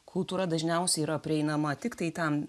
kultūra dažniausiai yra prieinama tiktai tam